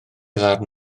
ddarn